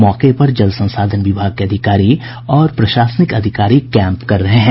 मौके पर जल संसाधन विभाग के अधिकारी और प्रशासनिक अधिकारी पहुंच गये हैं